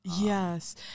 Yes